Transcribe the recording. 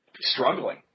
struggling